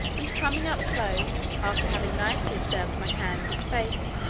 and coming up close, after having nicely observed my hands and face,